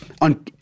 on